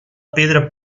pedra